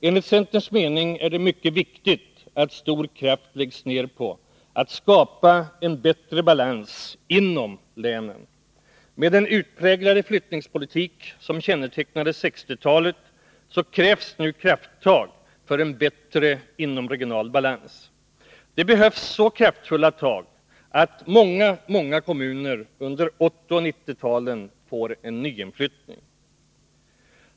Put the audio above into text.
Enligt centerns mening är det mycket viktigt att stor kraft läggs ner på att skapa en bättre balans inom länen. Till följd av den utpräglade flyttningspolitik som kännetecknade 1960-talet krävs nu krafttag för en bättre inomregional balans. Det behövs så kraftfulla tag att många, många kommuner under 1980 och 1990-talen får en nyinflyttning.